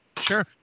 sure